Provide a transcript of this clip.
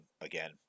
again